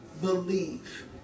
believe